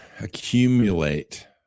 accumulate